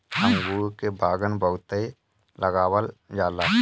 अंगूर के बगान बहुते लगावल जाला